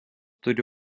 turi